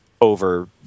over